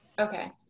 Okay